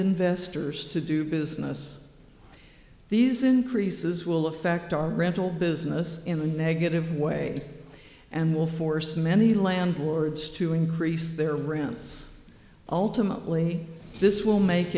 investors to do business these increases will affect our rental business in a negative way and will force many landlords to increase their rents ultimately this will make